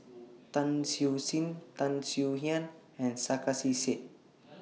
Tan Siew Sin Tan Swie Hian and Sarkasi Said